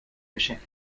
geschäft